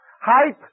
Height